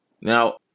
Now